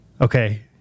Okay